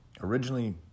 Originally